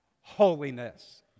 holiness